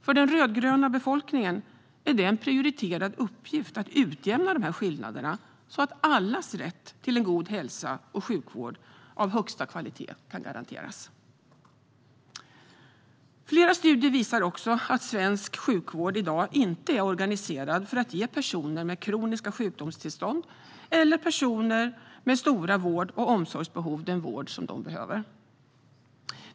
För den rödgröna regeringen är det en prioriterad uppgift att utjämna dessa skillnader så att allas rätt till en god hälsa och sjukvård av högsta kvalitet kan garanteras. Flera studier visar också att svensk sjukvård i dag inte är organiserad för att ge personer med kroniska sjukdomstillstånd eller personer med stora vård och omsorgsbehov den vård som de behöver.